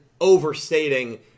overstating